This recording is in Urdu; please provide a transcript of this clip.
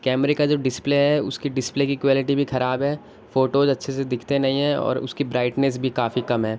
کیمرے کا جو ڈسپلے ہے اس کے ڈسپلے کی کوالٹی بھی خراب ہے فوٹوز اچھے سے دکھتے نہیں ہیں اور اس کی برائٹنیس بھی کافی کم ہے